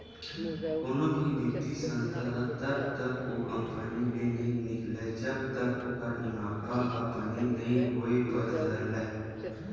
कोनो भी बित्तीय संस्था ह तब तक ओ कंपनी ले नइ निकलय जब तक ओखर मुनाफा ह बने नइ होय बर धर लय